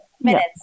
minutes